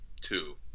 two